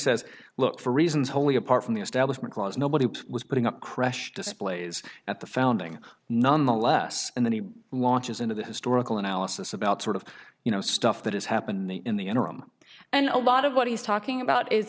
says look for reasons wholly apart from the establishment clause nobody was putting up creche displays at the founding nonetheless and then he launches into the historical analysis about sort of you know stuff that has happened in the interim and a lot of what he's talking about is